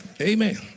Amen